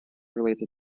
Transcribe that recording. related